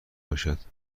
باشد